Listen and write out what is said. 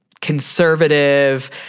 conservative